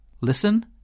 Listen